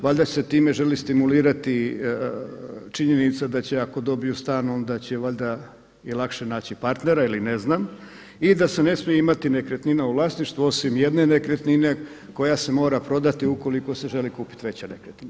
Valjda se time želi stimulirati činjenica da će ako dobiju stan onda će valjda i lakše naći partnera ili ne znam i da se ne smije imati nekretnina u vlasništvu osim jedne nekretnine koja se mora prodati ukoliko se želi kupit veća nekretnina.